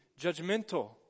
judgmental